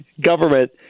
Government